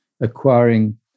acquiring